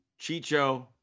Chicho